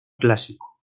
clásico